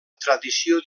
tradició